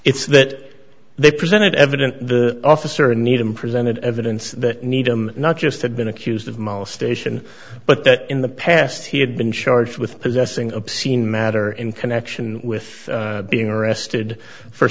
it's that they presented evidence the officer in needham presented evidence that needham not just had been accused of molestation but that in the past he had been charged with possessing obscene matter in connection with being arrested for